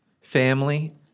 Family